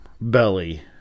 belly